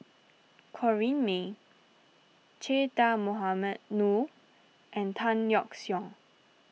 Corrinne May Che Dah Mohamed Noor and Tan Yeok Seong